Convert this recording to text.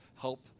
help